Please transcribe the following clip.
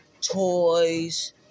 toys